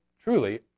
truly